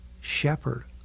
shepherd